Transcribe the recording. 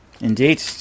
Indeed